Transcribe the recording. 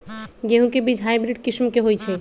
गेंहू के बीज हाइब्रिड किस्म के होई छई?